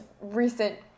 recent